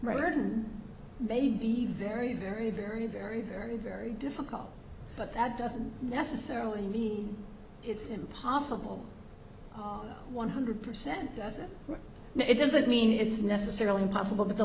than maybe very very very very very very difficult but that doesn't necessarily mean it's impossible one hundred percent doesn't it doesn't mean it's necessarily impossible that the